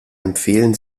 empfehlen